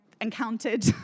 encountered